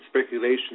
speculation